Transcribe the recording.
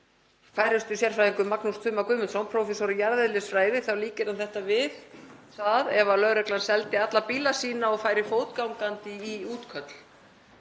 færustu sérfræðingum, Magnús Tuma Guðmundsson, prófessor í jarðeðlisfræði, þá líkir hann þessu við það að lögreglan seldi alla bíla sína og færi fótgangandi í útköll.